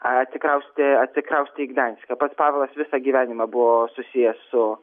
atsikraustė atsikraustė į gdanske pats pavelas visą gyvenimą buvo susiję su